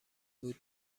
بود